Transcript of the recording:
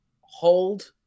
hold